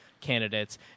candidates